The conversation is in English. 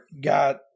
got